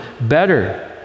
better